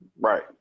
Right